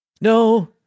No